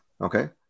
okay